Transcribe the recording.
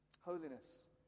Holiness